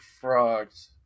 frogs